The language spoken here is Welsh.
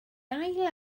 ail